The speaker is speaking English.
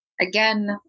Again